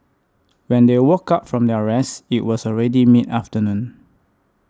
when they woke up from their rest it was already mid afternoon